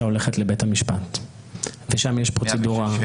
הולכת לבית המשפט ושם יש פרוצדורה.